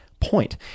Point